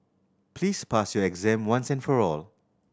please pass your exam once and for all